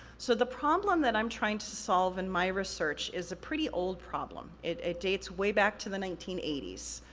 so, the problem that i'm trying to solve in my research is a pretty old problem. it dates way back to the nineteen eighty s.